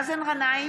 מאזן גנאים,